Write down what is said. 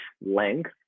length